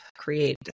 create